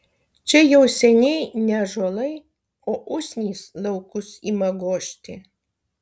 čia jau seniai ne ąžuolai o usnys laukus ima gožti